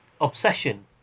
obsession